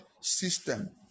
system